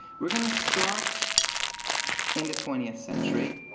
we're going to start in the twentieth century.